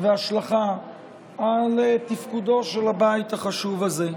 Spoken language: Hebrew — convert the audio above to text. והשלכה על תפקודו של הבית החשוב הזה.